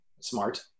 smart